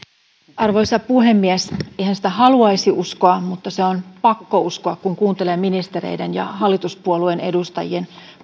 arvoisa puhemies eihän sitä haluaisi uskoa mutta se on pakko uskoa kun kuuntelee ministereiden ja hallituspuolueiden edustajien